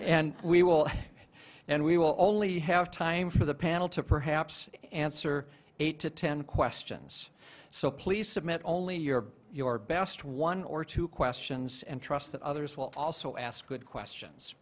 and we will and we will only have time for the panel to perhaps answer eight to ten questions so please submit only your or your best one or two questions and trust that others will also ask good questions